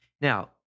Now